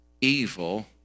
evil